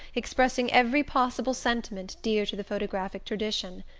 expressing every possible sentiment dear to the photographic tradition.